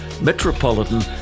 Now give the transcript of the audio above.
metropolitan